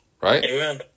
Right